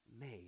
made